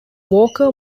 walker